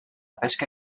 pesca